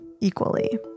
equally